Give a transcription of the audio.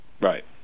Right